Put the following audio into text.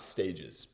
Stages